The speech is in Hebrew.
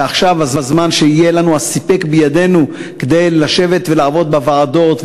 עכשיו הזמן שיהיה סיפק בידנו לשבת ולעבוד בוועדות,